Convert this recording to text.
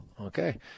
Okay